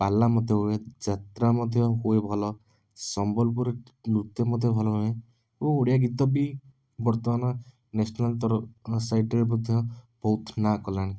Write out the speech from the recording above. ପାଲା ମଧ୍ୟ ହୁଏ ଯାତ୍ରା ମଧ୍ୟ ହୁଏ ଭଲ ସମ୍ବଲପୁରୀ ନୃତ୍ୟ ମଧ୍ୟ ଭଲହୁଏ ଓ ଓଡ଼ିଆ ଗୀତ ବି ବର୍ତ୍ତମାନ ନ୍ୟାସନାଲତର ଆମ ସାଇଟରେ ମଧ୍ୟ ବହୁତ ନାଁ କଲାଣି